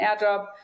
airdrop